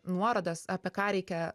nuorodas apie ką reikia